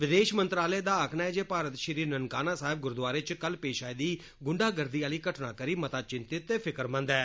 विदेश मंत्रालय दा आक्खना ऐ जे भारत श्री ननकाना साहेब गुरूद्वारे च कल पेश आई दी गुंडा गर्दी आली घटना करी मता बिंतित ते फिक्रमंद ऐ